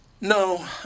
No